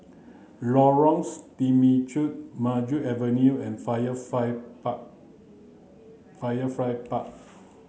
Temechut Maju Avenue and Firefly Park Firefly Park